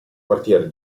quartier